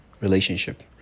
relationship